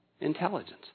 intelligence